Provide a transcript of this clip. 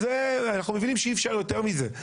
אנחנו מבינים שאי אפשר יותר מזה.